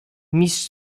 mistrz